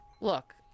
Look